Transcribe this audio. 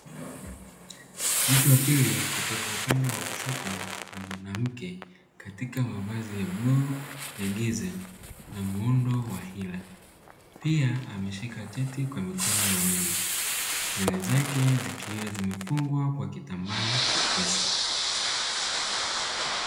Mtu wa pili kutoka upande wa kushoto ni mwanamke katika mavazi ya bluu ya giza na muundo wa hila, pia ameshika cheti kwa mikono miwili nywele zake zikiwa zimefungwa kwa kitambaa chepesi.